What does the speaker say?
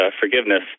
forgiveness